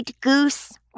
Goose